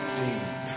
deep